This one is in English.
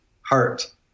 heart